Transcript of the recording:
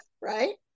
Right